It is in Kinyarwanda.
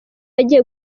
agiye